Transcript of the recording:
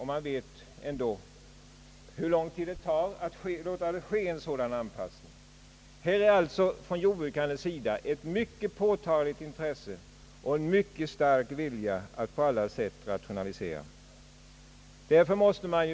Här är det alltså från jordbrukarnas sida fråga om ett mycket på tagligt intresse och en mycket stark vilja att på alla sätt effektivisera produktionen.